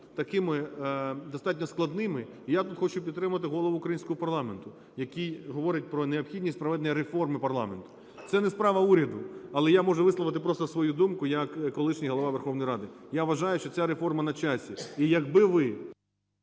такими достатньо складними, і я тут хочу підтримати Голову українського парламенту, який говорить про необхідність проведення реформи парламенту. Це не справа уряду, але я можу просто висловити свою думку як колишній Голова Верховної Ради. Я вважаю, що ця реформа на часі і якби ви…